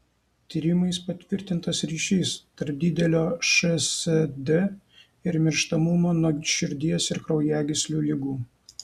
tyrimais patvirtintas ryšis tarp didelio šsd ir mirštamumo nuo širdies ir kraujagyslių ligų